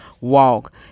walk